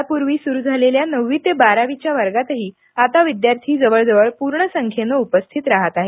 यापूर्वी सुरु झालेल्या नववी ते बारावीच्या वर्गातही आता विद्यार्थी जवळ जवळ पूर्ण संख्येनं उपस्थित राहत आहेत